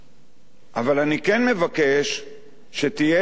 אבל אני כן מבקש שתהיה תחושה